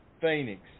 Phoenix